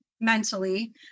mentally